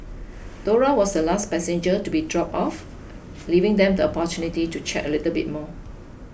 Dora was the last passenger to be dropped off leaving them the opportunity to chat a little bit more